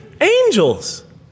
angels